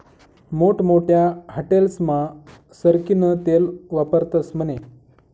मोठमोठ्या हाटेलस्मा सरकीनं तेल वापरतस म्हने